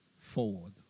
forward